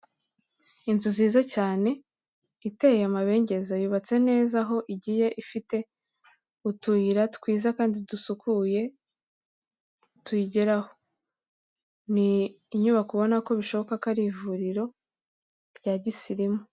Inzu ziza cyane iteye amabengeza yubatse neza, aho igiye ifite utuyira twiza kandi dusukuye tuyigeraho, ni inyubako ubona ko bishoboka ko ari ivuriro rya gisirimu.